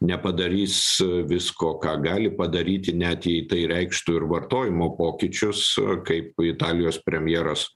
nepadarys visko ką gali padaryti net jei tai reikštų ir vartojimo pokyčius kaip italijos premjeras